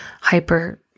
hyper